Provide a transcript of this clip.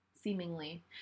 seemingly